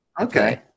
Okay